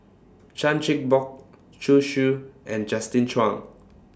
Chan Chin Bock Zhu Xu and Justin Zhuang